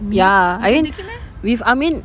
ya I mean with amin